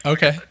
Okay